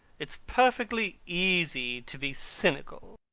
it's perfectly easy to be cynical.